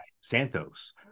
Santos